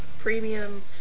premium